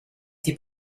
die